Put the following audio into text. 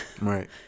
Right